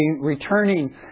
returning